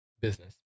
Business